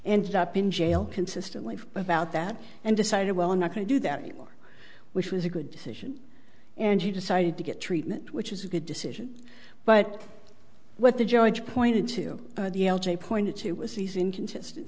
and up in jail consistently about that and decided well i'm not going to do that anymore which was a good vision and she decided to get treatment which is a good decision but what the judge pointed to the l j pointed to was these inconsistent